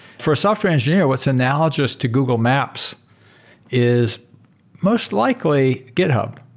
for software engineering, what's analogous to google maps is most likely github.